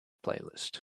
playlist